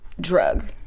drug